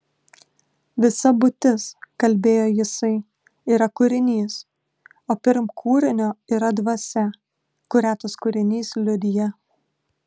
visa būtis kalbėjo jisai yra kūrinys o pirm kūrinio yra dvasia kurią tas kūrinys liudija